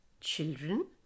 Children